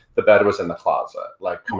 the bed was in the closet, like coming